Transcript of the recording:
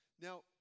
Now